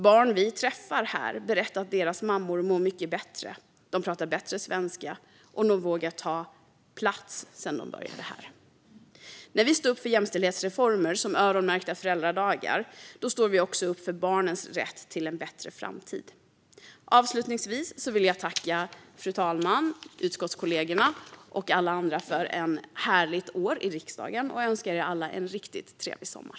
Barn vi träffar här berättar att deras mammor mår mycket bättre. De pratar bättre svenska och de vågar ta plats sedan de började här. När vi står upp för jämställdhetsreformer som öronmärkta föräldradagar står vi också upp för barnens rätt till en bättre framtid. Avslutningsvis vill jag tacka fru talmannen, utskottskollegorna och alla andra för ett härligt år i riksdagen och önska er alla en riktigt trevlig sommar!